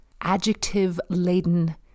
adjective-laden